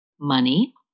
money